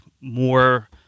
more